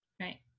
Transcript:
right